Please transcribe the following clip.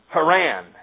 Haran